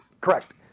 correct